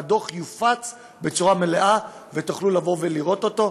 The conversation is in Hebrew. והדוח יופץ בצורה מלאה ותוכלו לבוא ולראות אותו,